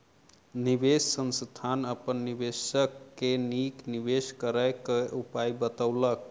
निवेश संस्थान अपन निवेशक के नीक निवेश करय क उपाय बतौलक